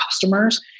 customers